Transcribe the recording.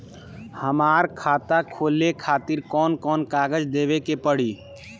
हमार खाता खोले खातिर कौन कौन कागज देवे के पड़ी?